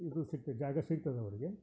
ಇದು ಸಿಕ್ತು ಜಾಗ ಸಿಕ್ತದೆ ಅವರಿಗೆ